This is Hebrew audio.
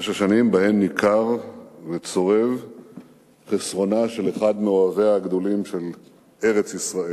תשע שנים שבהן ניכר וצורב חסרונו של אחד מאוהביה הגדולים של ארץ-ישראל.